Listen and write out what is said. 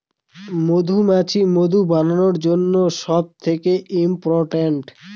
মধুমাছি মধু বানানোর জন্য সব থেকে ইম্পোরট্যান্ট